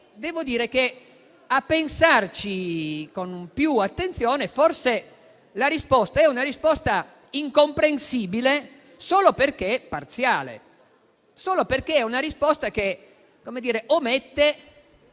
devo dire che, a pensarci con più attenzione, forse la risposta è incomprensibile solo perché parziale, solo perché è una risposta che omette